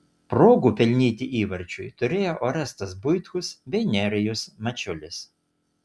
progų pelnyti įvarčiui turėjo orestas buitkus bei nerijus mačiulis